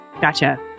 Gotcha